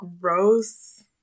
gross